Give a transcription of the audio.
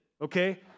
okay